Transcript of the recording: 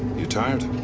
you're tired?